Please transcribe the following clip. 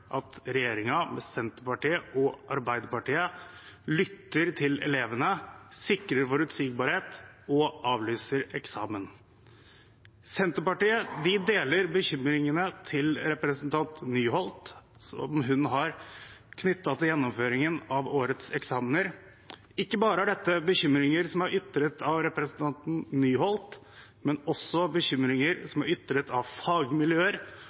Senterpartiet deler bekymringene som representanten Nyholt har knyttet til gjennomføringen av årets eksamener. Ikke bare er dette bekymringer som er ytret av representanten Nyholt, men også bekymringer som er ytret av fagmiljøer